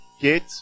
Get